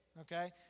okay